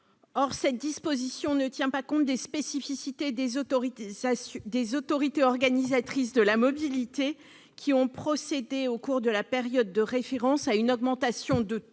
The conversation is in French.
Or cette disposition ne tient pas compte des spécificités des autorités organisatrices de la mobilité qui ont procédé, au cours de la période de référence, à une augmentation de taux